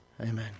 Amen